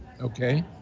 Okay